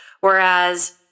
whereas